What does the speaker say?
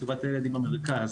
טובת הילד היא במרכז.